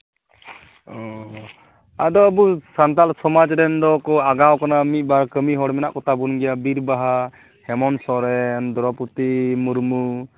ᱚᱻ ᱟᱫᱚ ᱟᱵᱚ ᱥᱟᱱᱛᱟᱲ ᱥᱚᱢᱟᱽ ᱨᱮᱱ ᱫᱚᱠᱚ ᱟᱜᱟᱣ ᱟᱠᱟᱱᱟ ᱢᱤᱫ ᱵᱟᱨ ᱠᱟᱹᱢᱤ ᱦᱚᱲ ᱢᱮᱱᱟᱜ ᱠᱚᱛᱟ ᱵᱚᱱ ᱜᱮᱭᱟ ᱵᱤᱨ ᱵᱟᱦᱟ ᱦᱮᱢᱚᱱᱛᱚ ᱥᱚᱨᱮᱱ ᱫᱨᱳᱣᱯᱚᱫᱤ ᱢᱩᱨᱢᱩ